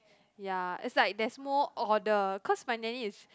ya it's like there's more order cause my nanny is